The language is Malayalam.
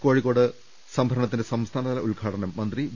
കോഴിക്കോട്ട് സംഭരണത്തിന്റെ സംസ്ഥാനതല ഉദ്ഘാടനം മന്ത്രി വി